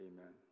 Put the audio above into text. Amen